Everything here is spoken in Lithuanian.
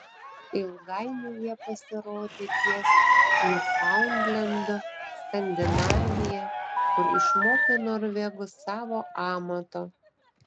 ilgainiui jie pasirodė ties niufaundlendu skandinavija kur išmokė norvegus savo amato